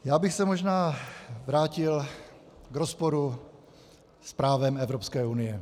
Já bych se možná vrátil k rozporu s právem Evropské unie.